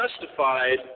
justified